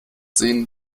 sehen